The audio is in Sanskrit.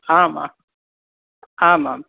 आम् आमाम्